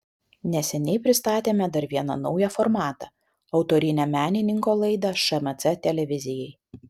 neseniai pristatėme dar vieną naują formatą autorinę menininko laidą šmc televizijai